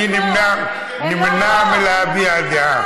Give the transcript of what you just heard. הם לא פה, אני נמנע מלהביע דעה.